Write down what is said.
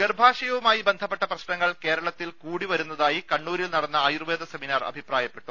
ഗർഭാശയവുമായി ബന്ധപ്പെട്ട പ്രശ്നങ്ങൾ കേരളത്തിൽ കൂടി വരുന്നതായി കണ്ണൂരിൽ നടന്ന ആയുർവേദ സെമിനാർ അഭിപ്രാ യപ്പെട്ടു